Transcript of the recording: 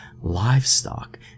livestock